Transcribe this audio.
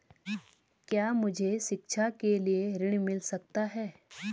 क्या मुझे शिक्षा के लिए ऋण मिल सकता है?